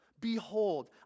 Behold